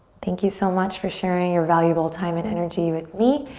thank you so much for sharing your valuable time and energy with me.